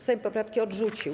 Sejm poprawki odrzucił.